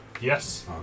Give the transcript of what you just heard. Yes